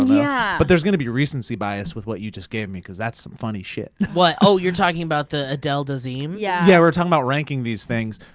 yeah but there's gonna be recency bias with what you just gave me, cause that's some funny shit. what, oh you're talking about the adele dazeem? yeah, yeah we're talking about ranking these things,